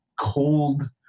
cold